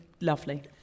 lovely